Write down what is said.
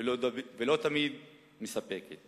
ולא תמיד מספקת